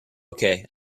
okay